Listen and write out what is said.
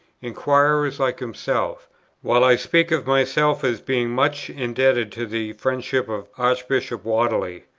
inquirers like himself while i speak of myself as being much indebted to the friendship of archbishop whately.